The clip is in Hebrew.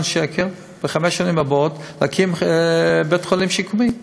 שקל בחמש השנים הבאות כדי להקים בית-חולים שיקומי בפוריה.